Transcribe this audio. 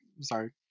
sorry